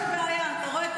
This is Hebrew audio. יש לי בעיה, אתה רואה?